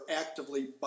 actively